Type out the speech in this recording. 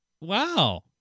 Wow